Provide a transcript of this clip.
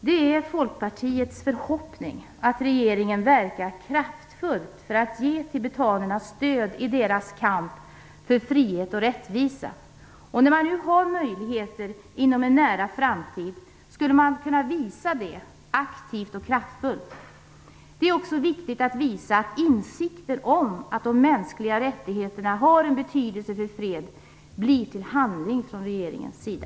Det är Folkpartiets förhoppning att regeringen verkar kraftfullt för att ge tibetanerna stöd i deras kamp för frihet och rättvisa. När man nu har möjligheter härtill inom en nära framtid skulle man också kunna ge ett sådant aktivt och kraftfullt stöd. Det är också viktigt att visa att insikter om att de mänskliga rättigheterna har en betydelse för fred blir till handling från regeringens sida.